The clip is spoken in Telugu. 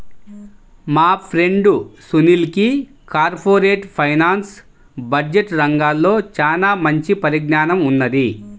మా ఫ్రెండు సునీల్కి కార్పొరేట్ ఫైనాన్స్, బడ్జెట్ రంగాల్లో చానా మంచి పరిజ్ఞానం ఉన్నది